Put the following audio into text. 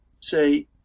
say